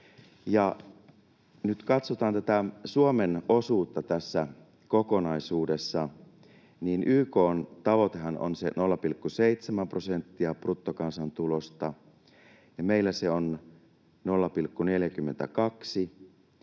Kun katsotaan Suomen osuutta tässä kokonaisuudessa, niin YK:n tavoitehan on se 0,7 prosenttia bruttokansantulosta, ja meillä se on 0,42 ja ensi